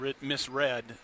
misread